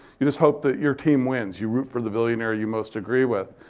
you just hope that your team wins. you root for the billionaire you most agree with.